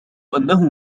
أنه